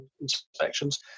inspections